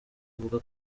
avuga